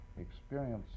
experience